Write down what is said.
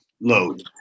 load